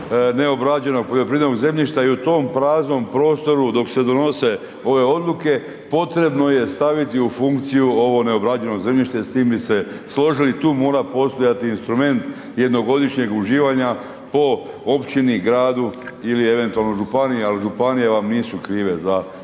neobrađenog poljoprivrednog zemljišta i u tom praznom prostoru, dok se donose ove odluke, potrebno je staviti u funkciju ovo neobrađeno zemljište i s tim bi se složili, tu mora postojati instrument jednogodišnjeg uživanja po općini, gradu ili eventualno županije, ali županije vam nisu krive za